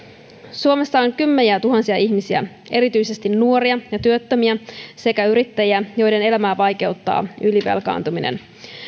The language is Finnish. suomessa on kymmeniätuhansia ihmisiä erityisesti nuoria ja työttömiä sekä yrittäjiä joiden elämää vaikeuttaa ylivelkaantuminen